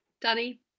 Danny